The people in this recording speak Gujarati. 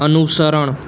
અનુસરણ